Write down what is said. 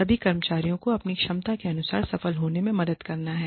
सभी कर्मचारियों को अपनी क्षमता के अनुसार सफल होने में मदद करना है